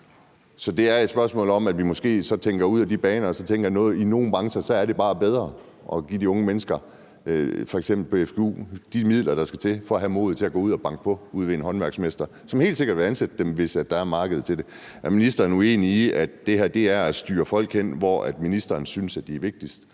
Så det er et spørgsmål om, at vi måske tænker ud af de baner og tænker, at i nogle brancher er det bare bedre at give de unge mennesker f.eks. på fgu de midler, der skal til for at have modet til at gå ud og banke på ude ved en håndværksmester – som helt sikkert vil ansætte dem, hvis der er et marked til det. Er ministeren uenig i, at det her er at styre folk hen, hvor ministeren synes de er vigtigst,